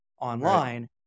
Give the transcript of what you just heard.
online